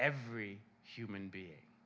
every human being